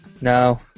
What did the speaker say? No